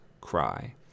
Cry